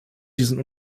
diesen